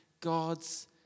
God's